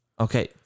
Okay